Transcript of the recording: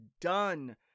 done